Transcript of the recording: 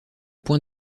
point